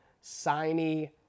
signy